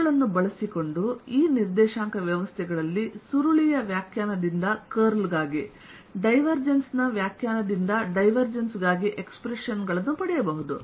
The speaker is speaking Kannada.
ಇವುಗಳನ್ನು ಬಳಸಿಕೊಂಡು ಈ ನಿರ್ದೇಶಾಂಕ ವ್ಯವಸ್ಥೆಗಳಲ್ಲಿ ಸುರುಳಿಯ ವ್ಯಾಖ್ಯಾನದಿಂದ ಕರ್ಲ್ ಗಾಗಿ ಡೈವರ್ಜೆನ್ಸ್ ನ ವ್ಯಾಖ್ಯಾನದಿಂದ ಡೈವರ್ಜೆನ್ಸ್ ಗಾಗಿ ಎಕ್ಸ್ಪ್ರೆಶನ್ ಗಳನ್ನು ಪಡೆಯಬಹುದು